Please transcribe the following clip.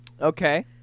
Okay